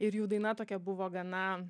ir jų daina tokia buvo gana